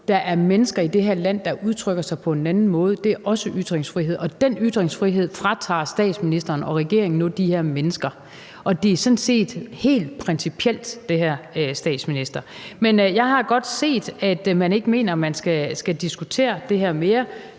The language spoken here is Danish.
Der er mennesker i det her land, der udtrykker sig på en anden måde – det er også ytringsfrihed. Den ytringsfrihed fratager statsministeren og regeringen nu de her mennesker. Det her er sådan set helt principielt, statsminister. Men jeg har godt set, at man ikke mener, man skal diskutere det her mere.